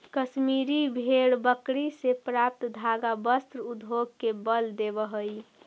कश्मीरी भेड़ बकरी से प्राप्त धागा वस्त्र उद्योग के बल देवऽ हइ